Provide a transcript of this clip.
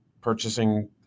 purchasing